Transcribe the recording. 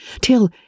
till